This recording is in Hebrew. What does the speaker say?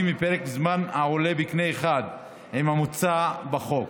בפרק זמן העולה בקנה אחד עם המוצע בחוק.